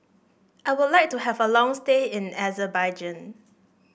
I would like to have a long stay in Azerbaijan